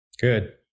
Good